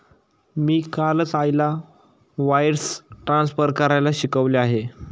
मी कालच आईला wires transfer करायला शिकवले आहे